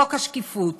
חוק השקיפות.